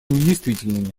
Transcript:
недействительными